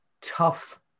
tough